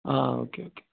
ആ okay okay